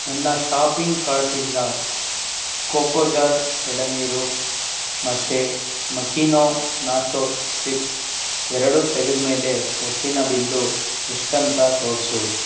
ನನ್ನ ಷಾಪಿಂಗ್ ಕಾರ್ಟಿಂದ ಕೋಕೋಜಲ್ ಎಳನೀರು ಮತ್ತು ಮಕೀನೊ ನಾಚೋ ಚಿಪ್ಸ್ ಎರಡೂ ತೆಗೆದಮೇಲೆ ಒಟ್ಟಿನ ಬಿಲ್ಲು ಎಷ್ಟಂತ ತೋರಿಸು